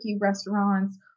restaurants